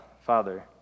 Father